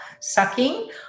sucking